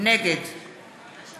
נגד